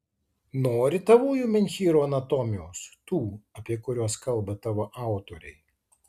nori tavųjų menhyrų anatomijos tų apie kuriuos kalba tavo autoriai